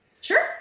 Sure